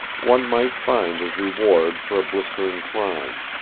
one might find his reward for a blistering climb.